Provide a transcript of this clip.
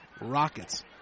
Rockets